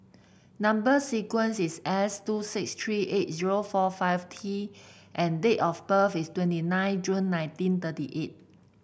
number sequence is S two six three eight zero four five T and date of birth is twenty nine June nineteen thirty eight